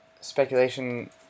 speculation